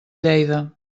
lleida